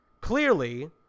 clearly